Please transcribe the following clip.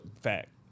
fact